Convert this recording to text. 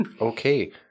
Okay